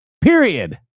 period